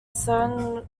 certain